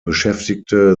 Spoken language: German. beschäftigte